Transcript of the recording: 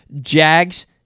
Jags